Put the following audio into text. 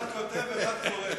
אחד כותב ואחד קורא.